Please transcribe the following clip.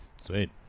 sweet